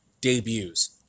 debuts